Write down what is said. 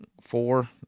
four